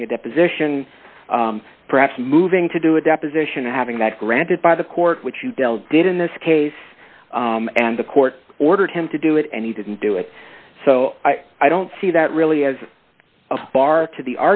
during a deposition perhaps moving to do a deposition and having that granted by the court which you dell did in this case and the court ordered him to do it and he didn't do it so i don't see that really as far to the